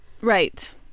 Right